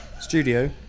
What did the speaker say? Studio